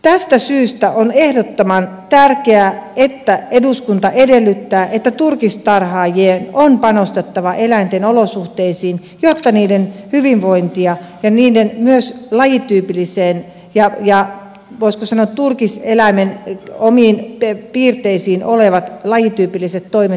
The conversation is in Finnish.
tästä syystä on ehdottoman tärkeää että eduskunta edellyttää että turkistarhaajien on panostettava eläinten olosuhteisiin jotta niiden hyvinvointiin ja myös voisiko sanoa turkiseläimen omiin piirteisiin liittyvät lajityypilliset toimet pystytään toteuttamaan